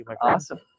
Awesome